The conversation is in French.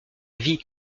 vie